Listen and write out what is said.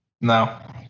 No